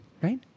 right